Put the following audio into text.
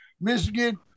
Michigan